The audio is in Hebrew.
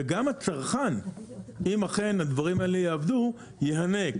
וגם הצרכן אם אכן הדברים האלה יעבדו ייהנה.